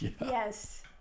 Yes